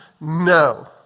no